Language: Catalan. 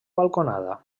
balconada